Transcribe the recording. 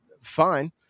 fine